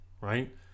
right